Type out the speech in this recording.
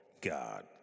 God